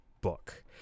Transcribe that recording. book